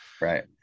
Right